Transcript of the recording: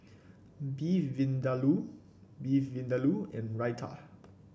Beef Vindaloo Beef Vindaloo and Raita